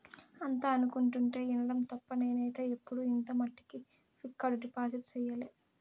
అంతా అనుకుంటుంటే ఇనడం తప్ప నేనైతే ఎప్పుడు ఇంత మట్టికి ఫిక్కడు డిపాజిట్ సెయ్యలే